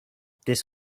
this